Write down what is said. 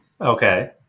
Okay